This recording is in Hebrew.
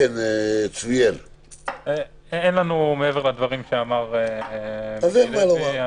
אין לנו מה להוסיף מעבר לדברים שאמר אורי קויתי.